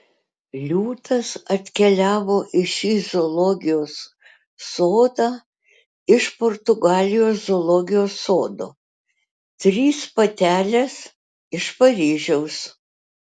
liūtas atkeliavo į šį zoologijos sodą iš portugalijos zoologijos sodo trys patelės iš paryžiaus